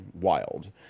wild